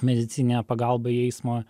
medicininę pagalbą į eismo